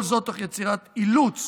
כל זאת תוך יצירת אילוץ